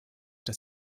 dass